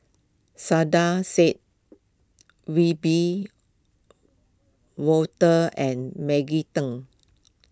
Saiedah Said Wiebe Wolters and Maggie Teng